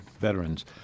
veterans